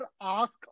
ask